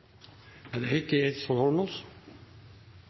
da er det